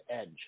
Edge